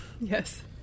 Yes